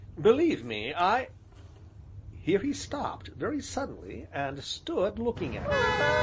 believe me, i here he stopped, very suddenly, and stood looking at me.